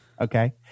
Okay